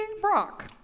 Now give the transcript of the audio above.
Brock